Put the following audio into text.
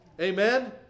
Amen